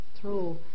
true